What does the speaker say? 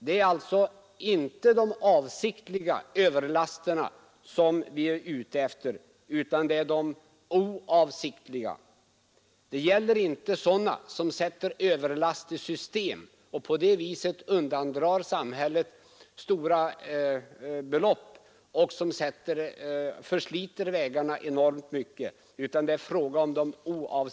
Det är inte de avsiktliga överlasterna vi talar om utan de oavsiktliga. Det gäller här inte de i system satta överlasterna, genom vilka man undandrar samhället stora belopp och försliter vägarna alldeles enormt.